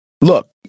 look